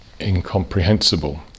incomprehensible